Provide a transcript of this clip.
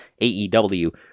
AEW